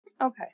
Okay